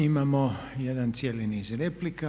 Imamo jedan cijeli niz replika.